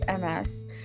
MS